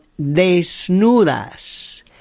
Desnudas